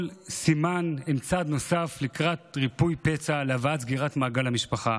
כל סימן הוא צעד נוסף לקראת ריפוי פצע בהבאת סגירת מעגל למשפחה.